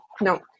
no